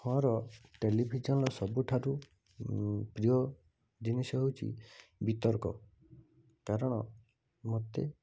ମୋର ଟେଲିଭିଜନର ସବୁଠାରୁ ପ୍ରିୟ ଜିନିଷ ହେଉଛି ବିତର୍କ କାରଣ ମୋତେ